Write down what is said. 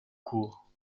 courts